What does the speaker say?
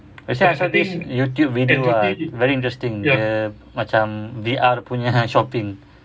actually I saw this youtube video ah very interesting dia macam V_R punya shopping